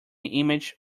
image